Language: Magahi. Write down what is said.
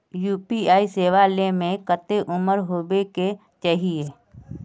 यु.पी.आई सेवा ले में कते उम्र होबे के चाहिए?